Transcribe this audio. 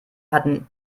hatten